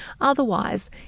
Otherwise